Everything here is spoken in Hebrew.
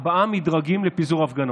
ארבעה מדרגים לפיזור הפגנות.